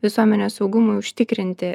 visuomenės saugumui užtikrinti